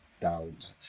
doubt